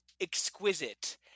exquisite